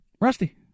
Rusty